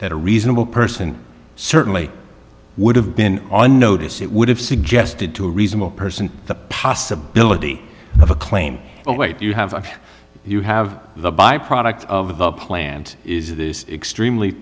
that a reasonable person certainly would have been on notice it would have suggested to a reasonable person the possibility of a claim oh wait you have you have the byproduct of a plant is this extremely